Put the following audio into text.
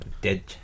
Dead